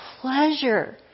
pleasure